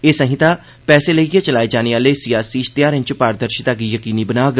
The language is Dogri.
ए सहिता पैस लइयै चलाए जान आल सियासी इश्तहारें च पारर्शिता गी यकीनी बनाग